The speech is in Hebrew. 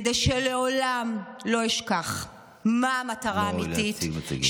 כדי שלעולם לא אשכח מה המטרה, לא להציג מוצגים.